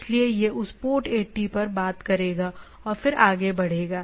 इसलिए यह उस पोर्ट 80 पर बात करेगा और फिर आगे बढ़ेगा